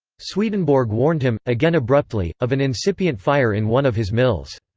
swedenborg warned him, again abruptly, of an incipient fire in one of his mills.